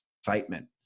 excitement